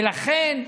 ולכן,